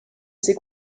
ses